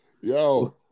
Yo